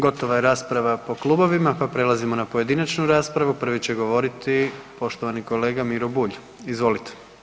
Gotova je rasprava po klubovima pa prelazimo n pojedinačnu raspravu, prvi će govoriti poštovani kolega Miro Bulj, izvolite.